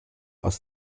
aus